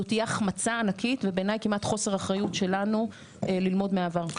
זאת תהיה החמצה ענקית ובעיני כמעט חוסר אחריות שלנו ללמוד מהעבר.